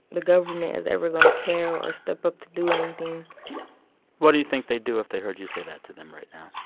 the government is ever going to care or step up to do anything what do you think they'd do if they heard you say that to them right now?